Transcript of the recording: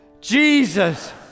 Jesus